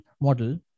model